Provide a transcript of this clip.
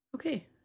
Okay